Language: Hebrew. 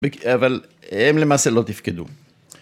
אבל הם למעשה לא תיפקדו.